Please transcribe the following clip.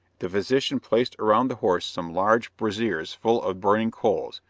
the physician placed around the horse some large braziers full of burning coals,